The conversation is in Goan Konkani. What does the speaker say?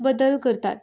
बदल करतात